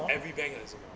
every bank 还是什么